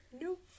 Nope